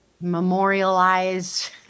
Memorialized